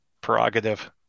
prerogative